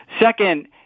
Second